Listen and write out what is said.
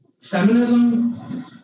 feminism